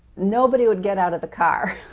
nobody would get out of the car,